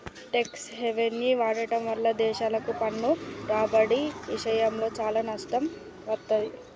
tax హెవెన్ని వాడటం వల్ల దేశాలకు పన్ను రాబడి ఇషయంలో చానా నష్టం వత్తది